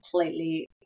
completely